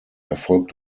erfolgt